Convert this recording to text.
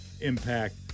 impact